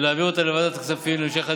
ולהעביר אותה לוועדת כספים להמשיך הדיון.